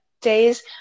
days